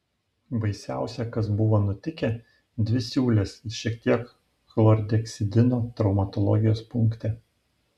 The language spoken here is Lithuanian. baisiausia kas buvo nutikę dvi siūlės ir šiek tiek chlorheksidino traumatologijos punkte